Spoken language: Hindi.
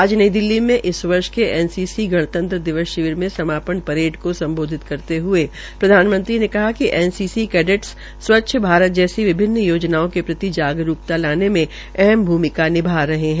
आज नई दिल्ली में इस वर्ष के एन सी सी गणतंत्र दिवस शिविर में समापन परेड को सम्बोधित करते हये प्रधानमंत्री ने कहा कि N C C cadets Swachh Bharat जैसी विभिन्न योजनाओं के प्रति जागरूकता लाने में अहम भूमिका निभा रहे है